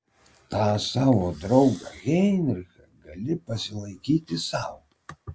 tą savo draugą heinrichą gali pasilaikyti sau